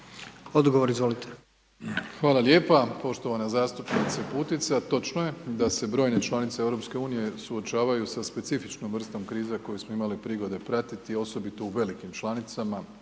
Andrej (HDZ)** Hvala lijepa poštovana zastupnice Putica, točno je da se brojne članice EU suočavaju sa specifičnom vrstom krize koju smo imali prigode pratiti, osobito u velikim članicama,